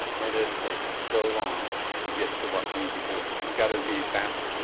and it takes so long to get to what you need to do. you got to be faster. so